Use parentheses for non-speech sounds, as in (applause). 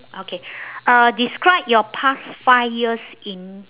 okay (breath) uh describe your past five years in